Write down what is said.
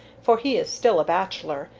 for he is still a bachelor,